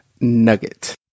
nugget